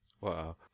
Wow